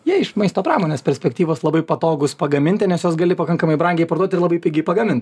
jie iš maisto pramonės perspektyvos labai patogūs pagaminti nes jos gali pakankamai brangiai parduot ir labai pigiai pagamint